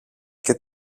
και